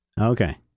Okay